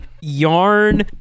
yarn